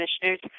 commissioners